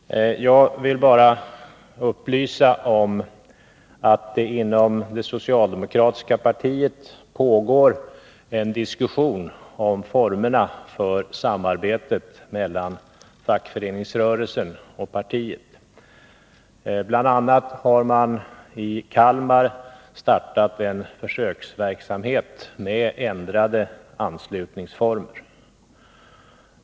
Herr talman! Jag vill bara upplysa om att det inom det socialdemokratiska partiet pågår en diskussion om formerna för samarbetet mellan fackföreningsrörelsen och partiet. Bl. a. har man i Kalmar startat en försöksverksamhet med ändrade anslutningsformer.